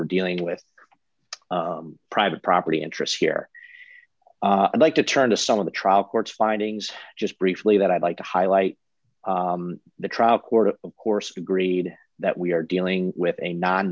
we're dealing with private property interests here i'd like to turn to some of the trial court's findings just briefly that i'd like to highlight the trial court of course agreed that we are dealing with a non